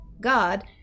God